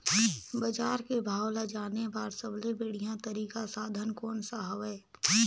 बजार के भाव ला जाने बार सबले बढ़िया तारिक साधन कोन सा हवय?